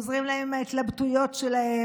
עוזרים להם עם ההתלבטויות שלהם.